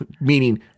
meaning